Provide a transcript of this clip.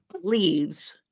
leaves